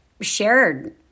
shared